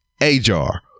Ajar